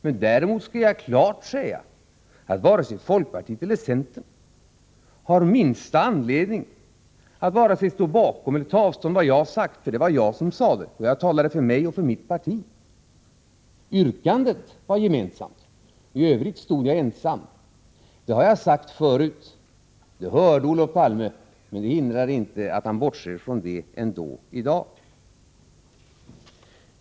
Men däremot skall jag klart säga att varken folkpartiet eller centern har minsta anledning att ställa sig bakom eller ta avstånd från vad jag har sagt. Det var jag som sade det, och jag talade för mig och för mitt parti. Yrkandet var gemensamt, men i övrigt stod jag ensam. Det har jag sagt förut, och det hörde Olof Palme, men det hindrar inte att han bortser från det i dag.